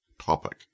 topic